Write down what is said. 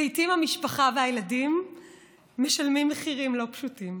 לעיתים המשפחה והילדים משלמים מחירים לא פשוטים.